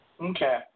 Okay